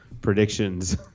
predictions